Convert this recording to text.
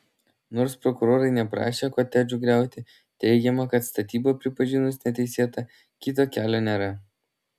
nors prokurorai neprašė kotedžų griauti teigiama kad statybą pripažinus neteisėta kito kelio nėra